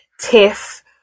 tiff